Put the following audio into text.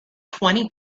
twenty